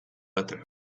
better